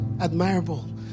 admirable